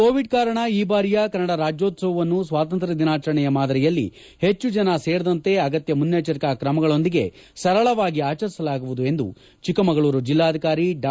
Covid ಕಾರಣ ಈ ಬಾರಿಯ ಕನ್ನಡ ರಾಜ್ಯೋತ್ಸವವನ್ನು ಸ್ವಾತಂತ್ರ್ಯ ದಿನಾಚರಣೆಯ ಮಾದರಿಯಲ್ಲಿ ಪೆಚ್ಚು ಜನ ಸೇರದಂತೆ ಅಗತ್ಯ ಮುನ್ನೆಚರಿಕಾ ಕ್ರಮಗಳೊಂದಿಗೆ ಸರಳವಾಗಿ ಆಚರಿಸಲಾಗುವುದು ಎಂದು ಚಿಕ್ಕಮಗಳೂರು ಜಿಲ್ಲಾಧಿಕಾರಿ ಡಾ